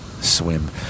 swim